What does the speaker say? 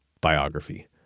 biography